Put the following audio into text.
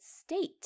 state